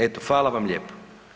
Eto hvala vam lijepa.